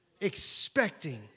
expecting